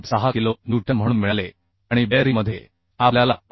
6 kilonewton म्हणून मिळाले आणि बेअरिंगमध्ये आपल्याला 72